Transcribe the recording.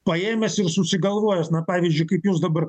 paėmęs ir susigalvojęs na pavyzdžiui kaip jūs dabar